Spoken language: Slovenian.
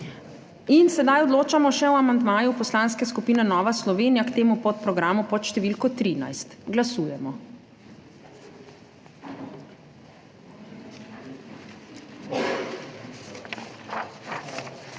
ni sprejet. Odločamo o amandmaju Poslanske skupine Nova Slovenija k temu podprogramu pod številko 20. Glasujemo.